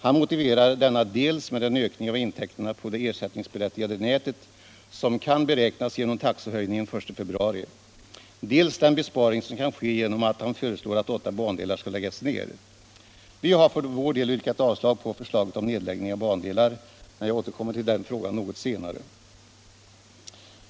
Han motiverar denna sänkning dels med den ökning av intäkterna på det ersättningsberättigade nätet som kan beräknas genom taxehöjningen den 1 februari, dels med den besparing som kan göras genom departementschefens förslag att åtta bandelar skall läggas ned. Vi har för vår del yrkat avslag på förslaget om nedläggning av bandelar, men jag återkommer till den frågan något senare.